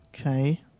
Okay